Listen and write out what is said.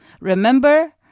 Remember